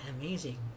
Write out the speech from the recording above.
amazing